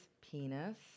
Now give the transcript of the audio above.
penis